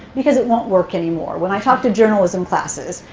because it won't work anymore. when i talk to journalism classes,